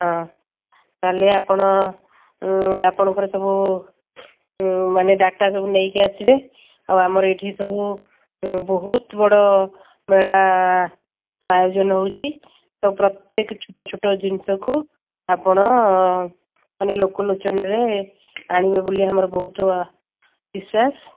ହଁ ତାହେଲେ ଆପଣ ଆପଣଙ୍କର ସବୁ ମାନେ ଡାଟା ସବୁ ନେଇକି ଆସିବେ ଆଉ ଆମର ଏଇଠି ସବୁ ବହୁତ ବଡ଼ ମେଳା ଆୟୋଜନ ହେଉଛି ତ ପ୍ରତ୍ୟେକ ଛୋଟ ଛୋଟ ଜିନିଷକୁ ଆପଣ ମାନେ ଲୋକ ଓଚନରେ ଆଣିବେ ବୋଲି ଆମର ବହୁତ ବିଶ୍ୱାସ